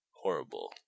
horrible